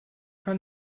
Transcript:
kann